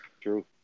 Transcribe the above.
True